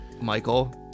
Michael